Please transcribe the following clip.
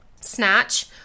Snatch